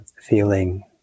feeling